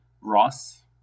Ross